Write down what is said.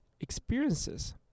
experiences